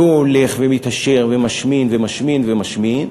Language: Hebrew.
והוא הולך ומתעשר ומשמין ומשמין ומשמין,